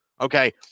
Okay